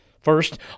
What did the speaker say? First